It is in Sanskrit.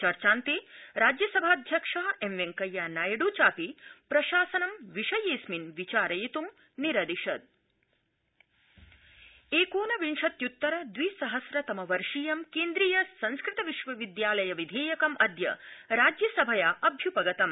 चर्चान्तप्रिज्यसभाध्यक्ष एम् वेंकैया नायडु चापि प्रशासनम् विषयर्सिमन् विचारयितुं निरदिशत् एकोनविंशत्युत्तर द्वि सहस्रतमवर्षीयं क्ट्रीय संस्कृत विश्वविद्यालय विधाक्रिम् अद्य राज्यसभया अभ्यप्गतम्